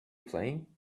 playing